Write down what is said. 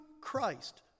Christ